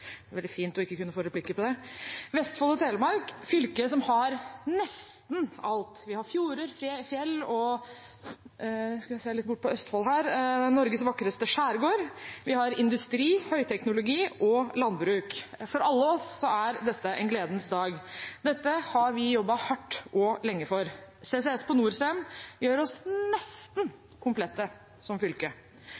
veldig fint å ikke kunne få replikker på det – Vestfold og Telemark, fylket som har nesten alt, vi har fjorder, fjell og – la meg se litt bort på Østfold her – Norges vakreste skjærgård, og vi har industri, høyteknologi og landbruk. For alle oss er dette en gledens dag. Dette har vi jobbet hardt og lenge for. CCS på Norcem gjør oss nesten